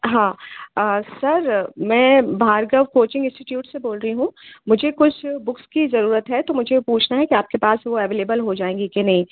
हाँ सर मैं Bhargav coaching institute से बोल रही हूँ मुझे कुछ बुक्स की ज़रूरत है तो मुझे पूछना है कि आपके पास वह अवेलेबल हो जाएँगी कि नहीं